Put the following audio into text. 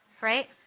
Right